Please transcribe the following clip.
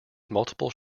multiple